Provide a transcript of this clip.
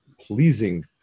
pleasing